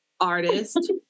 artist